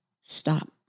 stop